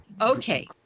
Okay